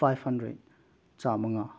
five hundred ꯆꯝꯃꯉꯥ